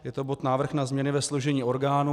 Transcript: Je to bod Návrh na změny ve složení orgánů.